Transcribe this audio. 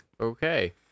Okay